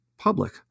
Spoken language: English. public